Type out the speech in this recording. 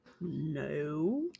No